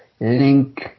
link